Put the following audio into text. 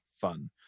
fun